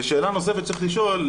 ושאלה נוספת שצריך לשאול,